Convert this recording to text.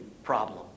Problem